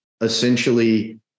essentially